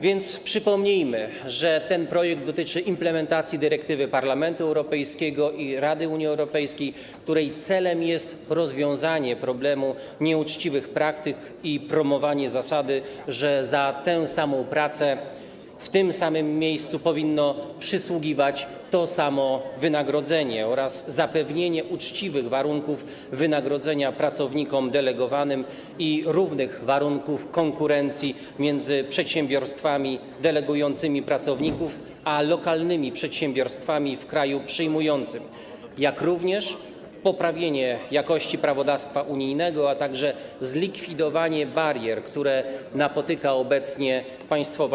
Więc przypomnijmy, że ten projekt dotyczy implementacji dyrektywy Parlamentu Europejskiego i Rady Unii Europejskiej, której cele to: rozwiązanie problemu nieuczciwych praktyk i promowanie zasady, że za tę samą pracę w tym samym miejscu powinno przysługiwać to samo wynagrodzenie, oraz zapewnienie uczciwych warunków wynagrodzenia pracownikom delegowanym i równych warunków konkurencji między przedsiębiorstwami delegującymi pracowników a lokalnymi przedsiębiorstwami w kraju przyjmującym, jak również poprawienie jakości prawodawstwa unijnego, a także zlikwidowanie barier, które napotyka obecnie Państwowa